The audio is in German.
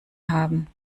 haben